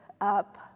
up